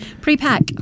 Pre-pack